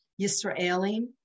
Yisraelim